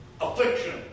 Affliction